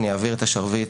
אני אעביר את השרביט